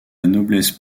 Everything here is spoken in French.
noblesse